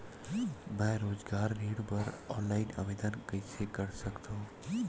मैं रोजगार ऋण बर ऑनलाइन आवेदन कइसे कर सकथव?